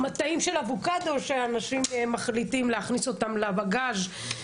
מטעים של אבוקדו שאנשים מחליטים להכניס אותם לבגאז',